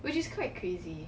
which is really if he also don't